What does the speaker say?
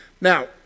Now